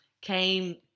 came